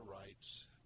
rights